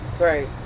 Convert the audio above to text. Right